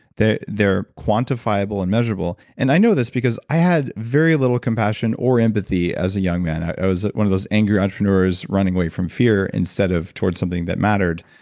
they're quantifiable and measurable. and i know this because i had very little compassion or empathy as a young man. i was one of those angry entrepreneurs running away from fear instead of towards something that matters.